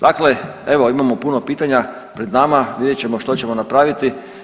Dakle, evo imamo puno pitanja pred nama, vidjet ćemo što ćemo napraviti.